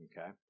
Okay